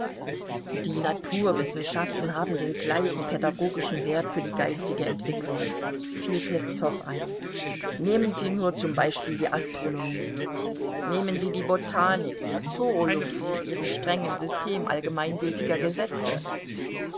die naturwissenschaften haben den gleichen pädagogischen wert für die geistige entwicklung fiel peszow ein nehmen sie nur zum beispiel die astronomie nehmen sie die botanik die zoologie mit ihrem strengen system allgemeingültiger gesetze